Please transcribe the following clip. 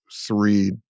three